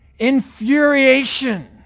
infuriation